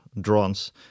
drones